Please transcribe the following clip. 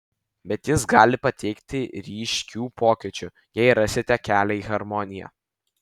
bet jis gali pateikti ryškių pokyčių jei rasite kelią į harmoniją